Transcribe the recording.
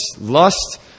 lust